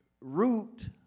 root